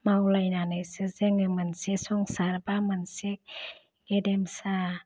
मावलायनानैसो जोङो मोनसे संसार बा मोनसे गेरेमसा